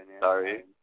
sorry